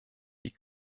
wie